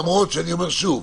למרות שאני אומר שוב,